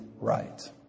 right